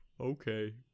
okay